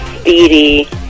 speedy